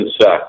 suck